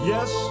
Yes